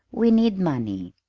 we need money.